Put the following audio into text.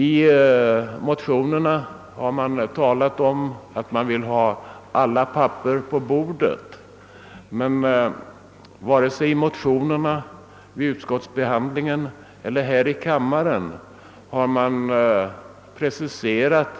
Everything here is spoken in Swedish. I motionerna har man talat om att man vill ha alla papper på bordet, men varken i motionerna, vid utskottsbehandlingen eller här i kammaren har man preciserat